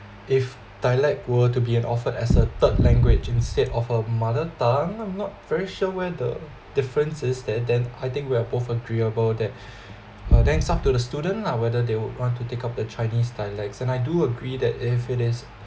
if dialect were to be an offered as a third language instead of a mother tongue I'm not very sure where the differences that then I think we are both agreeable that uh then it's up to the student lah whether they would want to take up the chinese dialects and I do agree that if it is